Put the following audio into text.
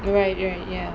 right right ya